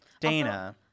Dana